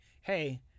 Hey